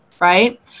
Right